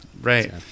Right